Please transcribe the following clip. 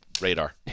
Radar